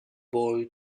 boy